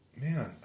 man